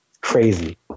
crazy